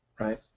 right